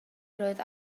roedd